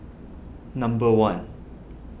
number one